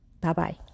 Bye-bye